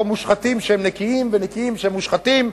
מושחתים שהם נקיים ונקיים שהם מושחתים,